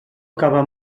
acaba